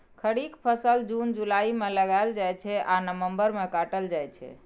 खरीफ फसल जुन जुलाई मे लगाएल जाइ छै आ नबंबर मे काटल जाइ छै